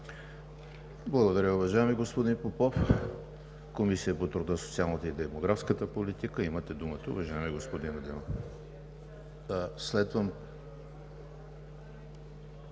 Благодаря, уважаеми господин Попов. Комисията по труда, социалната и демографската политика – имате думата, уважаеми господин Адемов.